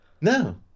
No